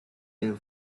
been